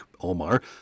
Omar